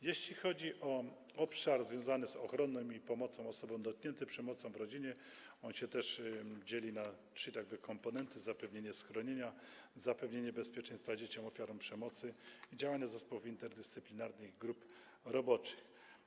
Jeśli chodzi o obszar związany z ochroną i pomocą osobom dotkniętym przemocą w rodzinie, to on dzieli się też na trzy komponenty: zapewnienie schronienia, zapewnienie bezpieczeństwa dzieciom - ofiarom przemocy, działania zespołów interdyscyplinarnych i grup roboczych.